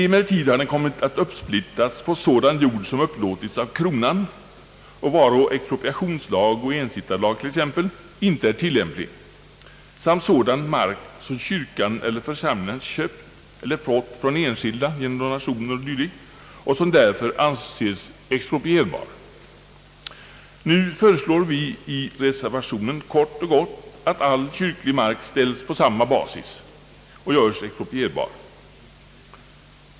Emellertid har den kommit att uppsplittras på sådan jord som upplåtits av kronan och varå expropriationslag och ensittarlag t.ex. inte är tillämpliga och sådan mark som kyrkan eller församlingarna köpt eller fått från enskilda genom donationer o. d. och som därför anses exproprierbar. Nu föreslår vi i reservationen kort och gott att all kyrklig mark ställs på samma basis och görs exproprierbar.